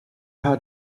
how